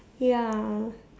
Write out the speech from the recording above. ya